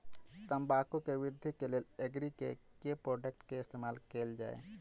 तम्बाकू केँ वृद्धि केँ लेल एग्री केँ के प्रोडक्ट केँ इस्तेमाल कैल जाय?